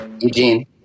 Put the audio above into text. Eugene